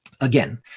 again